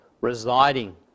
residing